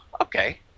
Okay